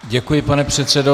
Děkuji, pane předsedo.